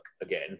again